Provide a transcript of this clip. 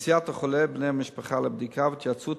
נסיעת החולה ובני המשפחה לבדיקה והתייעצות